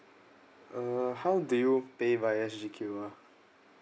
uh how did you pay via S_G_Q_R